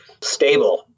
stable